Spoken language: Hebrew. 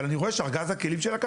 אבל אני רואה שארגז הכלים שלה קטן.